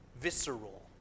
visceral